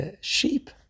sheep